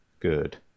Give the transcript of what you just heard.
good